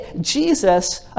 Jesus